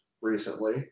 recently